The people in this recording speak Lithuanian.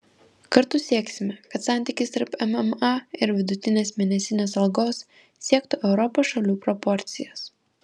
kartu sieksime kad santykis tarp mma ir vidutinės mėnesinės algos siektų europos šalių proporcijas